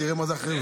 תראה מה זה אחריות.